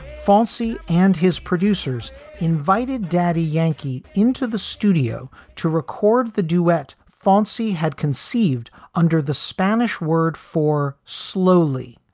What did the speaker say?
fancy and his producers invited daddy yankee into the studio to record the duet fancy had conceived under the spanish word for slowly,